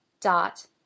dot